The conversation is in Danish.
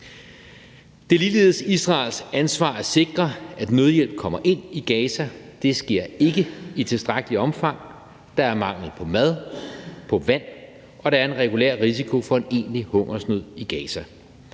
Det er ligeledes Israels ansvar at sikre, at nødhjælp kommer ind i Gaza. Det sker ikke i tilstrækkeligt omfang. Der er mangel på mad og på vand, og der er en regulær risiko for egentlig hungersnød i Gaza.